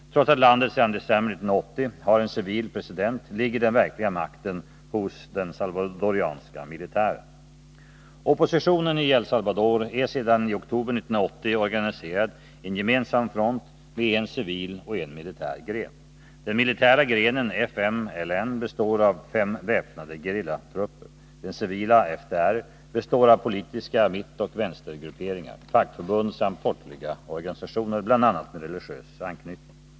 Trots att landet sedan december 1980 har en civil president ligger den verkliga makten hos den salvadorianska militären. Oppositionen i El Salvador är sedan i oktober 1980 organiserad i en gemensam front med en civil och en militär gren. Den militära grenen, FMLN, består av fem väpnade gerillagrupper. Den civila, FOR, består av politiska mittoch vänstergrupperingar, fackförbund samt folkliga organisationer, bl.a. med religiös anknytning.